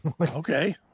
Okay